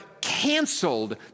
canceled